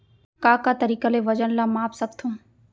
का का तरीक़ा ले वजन ला माप सकथो?